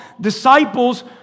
disciples